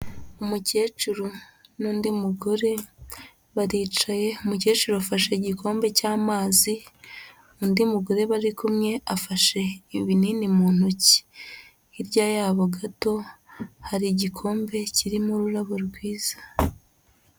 Umukecuru n'undi mugore baricaye, umukecuru afashe igikombe cy'amazi, undi mugore bari kumwe, afashe ibinini mu ntoki. Hirya yabo gato, hari igikombe kirimo ururabo rwiza.